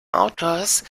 autors